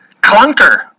Clunker